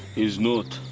he's not!